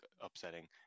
upsetting